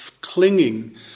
clinging